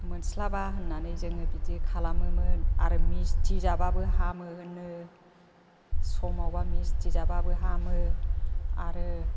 मोनस्लाबा होननानै जोङो बिदि खालामोमोन आरो मिस्थि जाब्लाबो हामो होनो समावबा मिस्थि जाब्लाबो हामो आरो